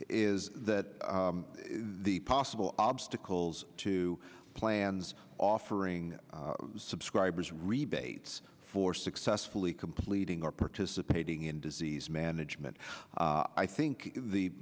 is that the possible obstacles to plans offering subscribers rebates for successfully completing or participating in disease management i think the